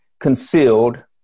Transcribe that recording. concealed